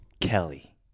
Kelly